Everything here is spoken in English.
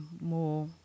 more